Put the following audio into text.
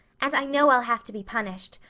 and i know i'll have to be punished.